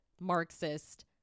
Marxist